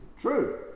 true